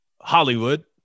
Hollywood